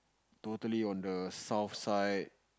totally on the South side